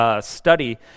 study